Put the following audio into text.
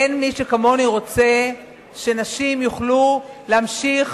אין מי שכמוני רוצה שנשים יוכלו להמשיך